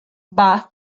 bath